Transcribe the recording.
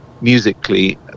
musically